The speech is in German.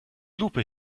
lupe